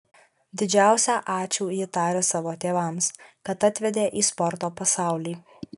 didžiausią ačiū ji taria savo tėvams kad atvedė į sporto pasaulį